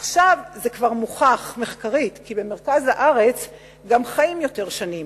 עכשיו זה כבר מוכח מחקרית כי במרכז הארץ גם חיים יותר שנים.